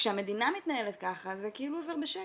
כשהמדינה מתנהלת ככה זה כאילו עובר בשקט,